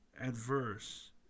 adverse